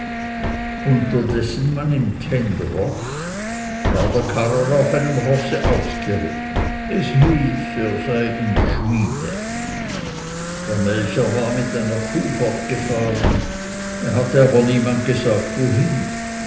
unterdessen man im tenn drosch war der karrer auf einem rosse ausgeritten es hieß er sei in die schmiede der melcher war mit einer kuh fortgefahren er hatte aber niemand gesagt wohin